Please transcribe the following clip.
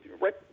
right